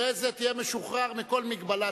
אחרי זה תהיה משוחרר מכל הגבלה,